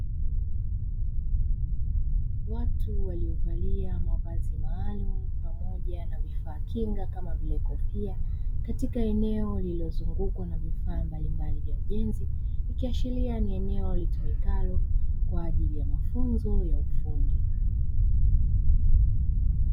Watu waliovalia mavazi maalumu, pamoja na vifaa kinga kama vile kofia, katika eneo lililozungkwa na vifaa mbalimbali vya ujenzi, ikiashiria ni eneo litumikalo kwa ajili ya mafunzo ya ufundi.